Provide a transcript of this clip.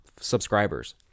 subscribers